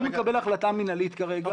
הוא מקבל החלטה מנהלית כרגע.